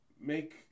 make